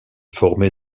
formé